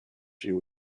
few